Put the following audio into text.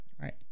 Right